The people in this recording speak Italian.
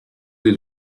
dei